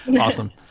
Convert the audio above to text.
Awesome